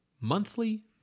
monthly